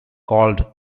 called